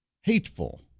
hateful